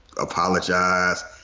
apologize